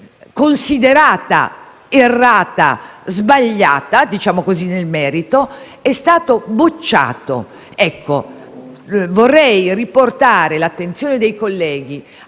considerata errata e sbagliata, diciamo così, è stato bocciato. Vorrei riportare l'attenzione dei colleghi